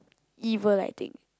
evil I think